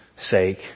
sake